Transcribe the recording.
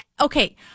okay